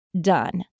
done